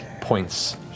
points